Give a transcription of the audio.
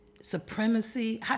supremacy